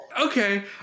Okay